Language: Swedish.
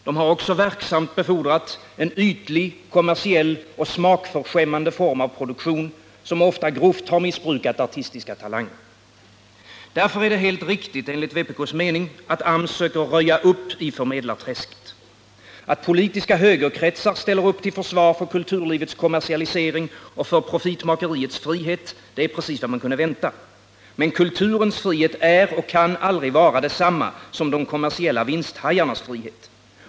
De har också verksamt befordrat en ytlig, kommersiell och smakförskämmande form av produktion, som ofta grovt missbrukat artistiska talanger. Därför är det helt riktigt enligt vpk:s mening, att AMS söker röja upp i förmedlarträsket. Att politiska högerkretsar ställer upp till försvar för kulturlivets kommersialisering och för profitmakeriets frihet är precis vad man kunde vänta. Men kulturens frihet är och kan aldrig vara detsamma som de kommersiella vinsthajarnas frihet.